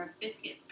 biscuits